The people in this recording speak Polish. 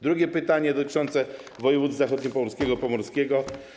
Drugie pytanie dotyczy województw zachodniopomorskiego i pomorskiego.